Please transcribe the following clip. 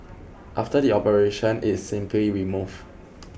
after the operation it is simply removed